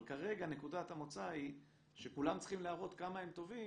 אבל כרגע נקודת המוצא היא שכולם צריכים להראות כמה הם טובים,